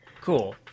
Cool